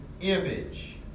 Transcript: image